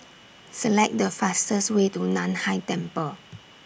Select The fastest Way to NAN Hai Temple